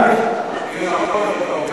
זה נכון, מה שאתה אומר, מה?